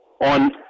On